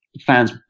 fans